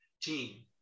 team